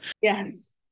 yes